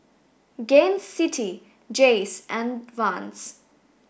Gain City Jays and Vans